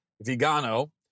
Vigano